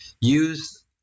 use